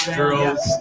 girls